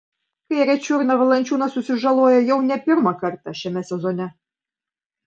kairę čiurną valančiūnas susižalojo jau ne pirmą kartą šiame sezone